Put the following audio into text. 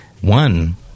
one